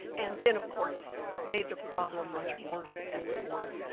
and then of course made the problem much worse at the border.